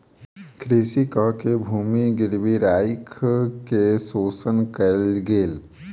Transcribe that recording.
कृषक के भूमि गिरवी राइख के शोषण कयल गेल